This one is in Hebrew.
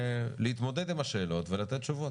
להתמודד עם השאלות ולתת תשובות.